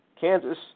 Kansas